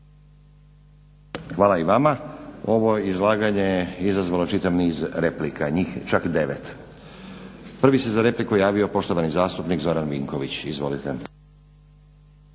Hvala i vama. Ovo je izlaganje izazvalo čitav niz replika, njih čak devet. Prvi se za repliku javio poštovani zastupnik Zoran Vinković. Izvolite.